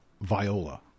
viola